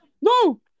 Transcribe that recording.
No